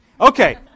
Okay